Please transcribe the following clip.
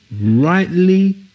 rightly